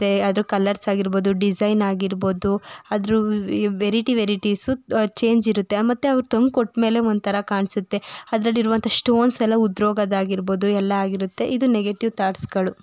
ಅದರ ಕಲ್ಲರ್ಸಾಗಿರ್ಬೋದು ಡಿಸೈನಾಗಿರ್ಬೋದು ಅದರ ವೆರಿಟಿ ವೆರಿಟಿಸು ಚೇಂಜಿರುತ್ತೆ ಮತ್ತು ಅವರು ತಂಕೊಟ್ಮೇಲೆ ಒಂಥರ ಕಾಣಿಸುತ್ತೆ ಅದರಲ್ಲಿರುವಂಥ ಶ್ಟೋನ್ಸೆಲ್ಲ ಉದ್ರೋಗೋದಾಗಿರ್ಬೋದು ಎಲ್ಲ ಆಗಿರುತ್ತೆ ಇದು ನೆಗೆಟಿವ್ ಥಾಟ್ಸ್ಗಳು